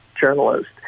journalist